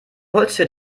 holztür